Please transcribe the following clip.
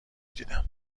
دیدم